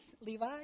Levi